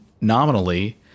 nominally